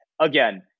Again